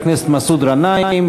חבר הכנסת מסעוד גנאים.